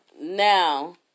Now